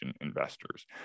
investors